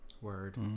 Word